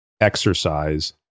exercise